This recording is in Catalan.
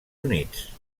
units